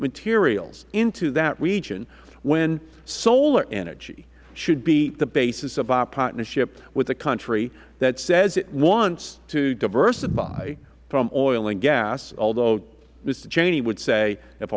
materials into that region when solar energy should be the basis of our partnership with a country that says it wants to diversify from oil and gas although mister cheney would say if